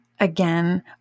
Again